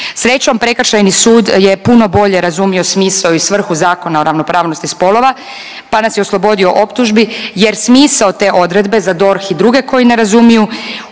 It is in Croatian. Srećom Prekršajni sud je puno bolje razumio puno bolje smisao i svrhu Zakona o ravnopravnosti spolova pa nas je oslobodio optužbi jer smisao te odredbe za DORH i druge koji ne razumiju